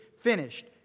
finished